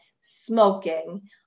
smoking